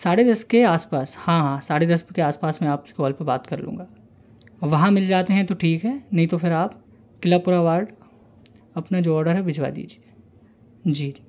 साढ़े दस के आस पास हाँ हाँ साढ़े दस के आस पास मैं आपसे कॉल पे बात कर लूँगा वहाँ मिल जाते हैं तो ठीक है नहीं तो फिर आप किलापुरा वार्ड अपना जो ऑर्डर है भिजवा दीजिए जी